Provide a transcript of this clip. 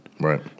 Right